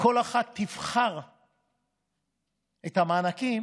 כל אחת תבחר את המענקים